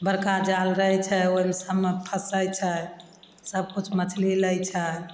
बड़का जाल रहय छै ओइ सबमे फँसय छै सबकिछु मछली लै छै